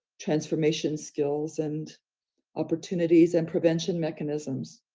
transformation skills and opportunities and prevention mechanisms.